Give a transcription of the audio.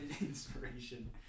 inspiration